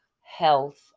health